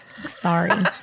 sorry